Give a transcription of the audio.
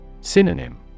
Synonym